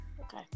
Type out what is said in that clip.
Okay